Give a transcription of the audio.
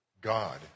God